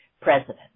president